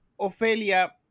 Ophelia